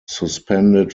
suspended